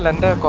and